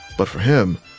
but for him,